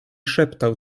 szeptał